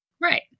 right